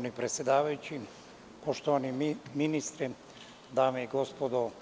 Pošto predsedavajući, poštovani ministre, dame i gospodo narodni